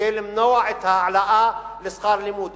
כדי למנוע את העלאת שכר הלימוד.